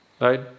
right